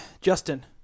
Justin